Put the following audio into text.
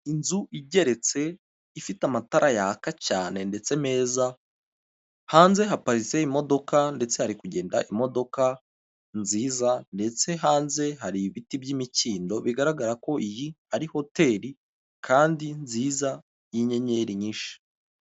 Inzu igeretse ifite amatara yaka cyane ndetse meza hanze haparitse imodoka ndetse hari kugenda imodoka nziza ndetse hanze hari ibiti by'imikindo bigaragara ko iyi ari hoteri kandi nziza y'inyenyeri nyinshi.